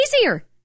easier